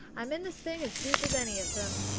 i'm in this thing as deep as any of them.